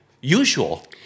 usual